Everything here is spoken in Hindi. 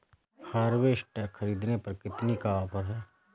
हार्वेस्टर ख़रीदने पर कितनी का ऑफर है?